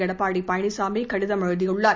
எடப்பாடி பழனிசாமி கடிதம் எழுதியுள்ளார்